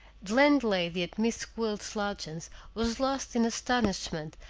the landlady at miss gwilt's lodgings was lost in astonishment,